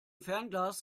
fernglas